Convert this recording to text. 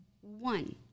one